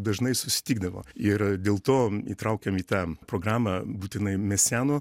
dažnai susitikdavo ir dėl to įtraukėm į tą programą būtinai mesiano